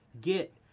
get